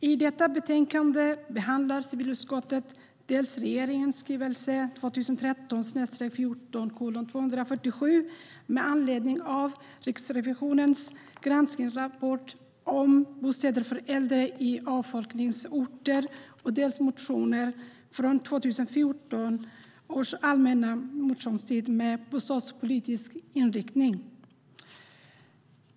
I detta betänkande behandlar civilutskottet dels regeringens skrivelse 2013/14:247 med anledning av Riksrevisionens granskningsrapport om bostäder för äldre i avfolkningsorter, dels motioner från 2014 års allmänna motionstid med bostadspolitisk inriktning.